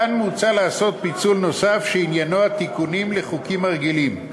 כאן מוצע לעשות פיצול נוסף שעניינו התיקונים לחוקים הרגילים.